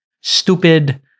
stupid